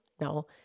No